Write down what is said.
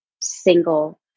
single